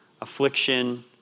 Affliction